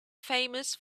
famous